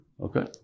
Okay